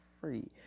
free